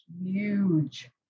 huge